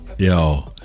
Yo